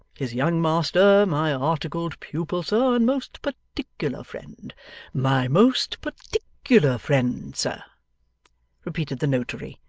his young master my articled pupil, sir, and most particular friend my most particular friend, sir repeated the notary,